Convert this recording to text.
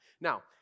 Now